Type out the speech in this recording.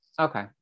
okay